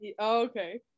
okay